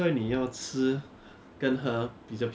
ya ah so you bank transfer ah basically is a